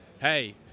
hey